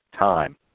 time